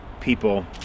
people